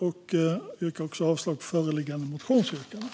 Jag yrkar också avslag på föreliggande motionsyrkanden.